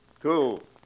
Two